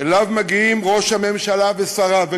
שאליו מגיעים ראש הממשלה ושריו,